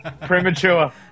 premature